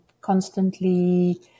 constantly